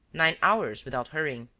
nine hours, without hurrying.